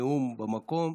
נאום במקום,